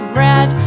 red